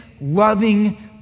loving